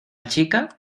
chica